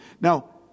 Now